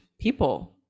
people